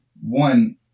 One